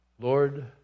Lord